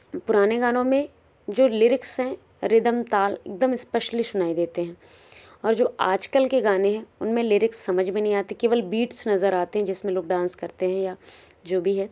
पुराने गानों में जो लिरिक्स हैं रिदम ताल एकदम स्पष्टली सुनाई देते हैं और जो आज कल के गाने हैं उनमें लिरिक्स समझ में नहीं आते केवल बीट्स नज़र आते हैं जिसमें लोग डांस करते हैं या जो भी है